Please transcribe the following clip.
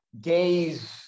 gaze